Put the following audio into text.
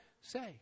say